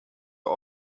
are